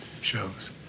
shows